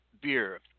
beer